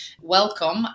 welcome